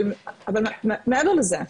אבל מעבר לזה,